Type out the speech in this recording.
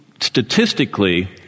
statistically